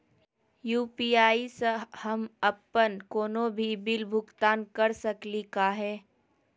UPI स हम अप्पन कोनो भी बिल भुगतान कर सकली का हे?